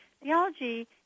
Theology